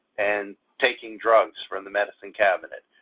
and taking drugs from the medicine cabinet,